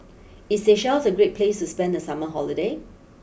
is Seychelles a Great place to spend the summer holiday